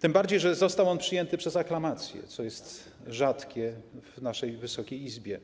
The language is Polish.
tym bardziej że został on przyjęty przez aklamację, co jest rzadkie w naszej Wysokiej Izbie.